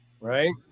right